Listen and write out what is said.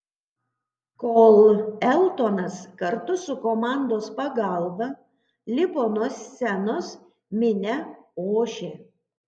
kol eltonas kartu su komandos pagalba lipo nuo scenos minia ošė